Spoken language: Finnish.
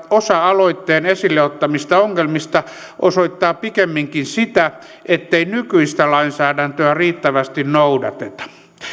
osa aloitteen esille ottamista ongelmista osoittaa pikemminkin sitä ettei nykyistä lainsäädäntöä riittävästi noudateta